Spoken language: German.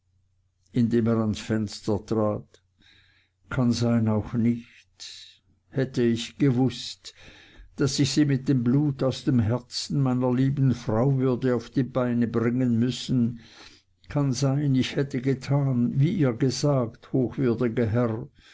indem er ans fenster trat kann sein auch nicht hätte ich gewußt daß ich sie mit blut aus dem herzen meiner lieben frau würde auf die beine bringen müssen kann sein ich hätte getan wie ihr gesagt hochwürdiger herr